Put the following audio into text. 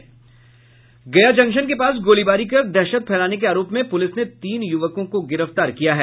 गया जंक्शन के पास गोलीबारी कर दहशत फैलाने के आरोप में पुलिस ने तीन यूवकों को गिरफ्तार किया है